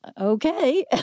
Okay